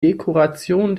dekoration